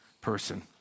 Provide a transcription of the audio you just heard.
person